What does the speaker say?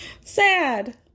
Sad